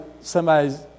somebody's